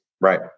right